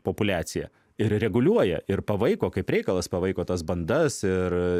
populiaciją ir reguliuoja ir pavaiko kaip reikalas pavaiko tas bandas ir